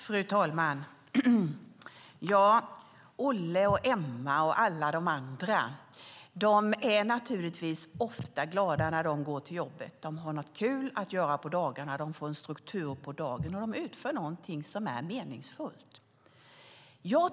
Fru talman! Olle, Emma och alla de andra är ofta glada när de går till jobbet. De har något kul att göra och får en struktur på dagen. De utför dessutom något som är meningsfullt.